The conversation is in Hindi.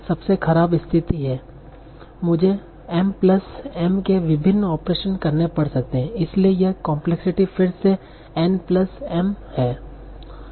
सबसे खराब स्थिति में मुझे N प्लस M के विभिन्न ऑपरेशन करने पड़ सकते हैं इसलिए यह कोम्प्लेक्सिटी फिर से N प्लस M Onm है